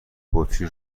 بطری